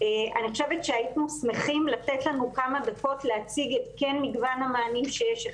אני חושבת שהיינו שמחים לתת לנו כמה דקות להציג כן את מגוון המענים שיש.